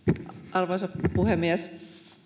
arvoisa puhemies